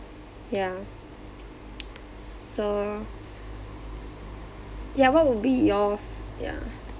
yeah so ya what will be your f~ yeah